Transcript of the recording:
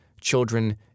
children